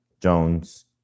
Jones